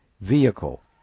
vehicle